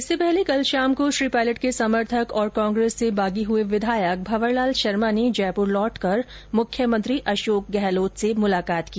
इससे पहले कल शाम को श्री पायलट के समर्थक और कांग्रेस से बागी हुए विधायक भंवर लाल शर्मा ने जयपुर लौटकर मुख्यमंत्री अशोक गहलोत से मुलाकात की